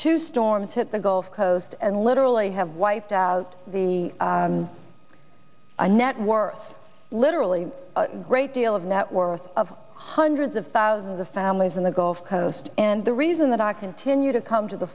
two storms hit the gulf coast and literally have wiped out the a net worth literally great deal of net worth of hundreds of thousands of families in the gulf coast and the reason that i continue to come to the